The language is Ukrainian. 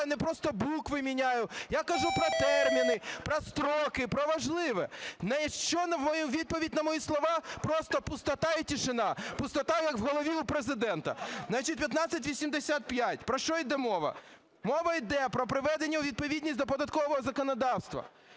не просто букви міняю. Я кажу про терміни, про строки – про важливе. На що, відповідь на мої слова – просто пустота і тишина. Пустота, як у голові Президента. 1585. Про що йде мова? Мова йде про приведення у відповідність до податкового законодавства.